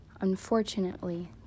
Unfortunately